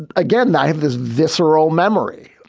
and again, i have this visceral memory.